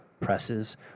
presses